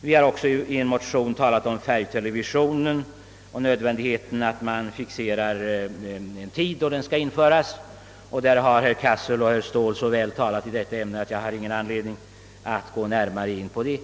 Vi har i en annan motion också talat om färgtelevisionen och om nödvändigheten av att fixera en tidpunkt för dess införande. I detta ämne har herr Cassel och herr Ståhl talat så väl, att jag inte har någon anledning att gå närmare in på det.